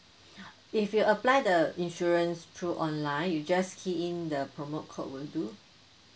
if you apply the insurance through online you just key in the promo code will do